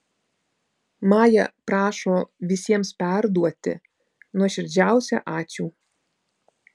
maja prašo visiems perduoti nuoširdžiausią ačiū